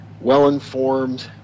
well-informed